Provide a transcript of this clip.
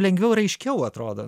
lengviau ir aiškiau atrodo